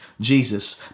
Jesus